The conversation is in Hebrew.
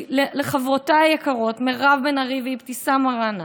לחברותיי היקרות מירב בן ארי ואבתיסאם מראענה,